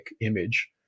image